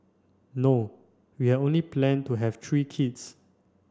no we had only plan to have three kids